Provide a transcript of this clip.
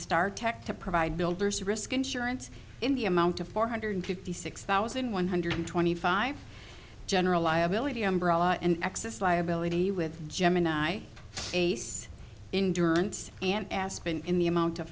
star tech to provide builder's risk insurance in the amount of four hundred fifty six thousand one hundred twenty five general liability umbrella and excess liability with gemini ace in durant and aspen in the amount of